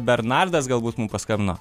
bernardas galbūt mum paskambino